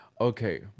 Okay